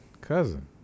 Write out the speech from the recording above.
Cousin